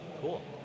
Cool